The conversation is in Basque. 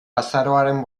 azaroaren